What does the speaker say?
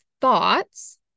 thoughts